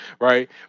right